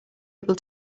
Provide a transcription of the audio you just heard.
able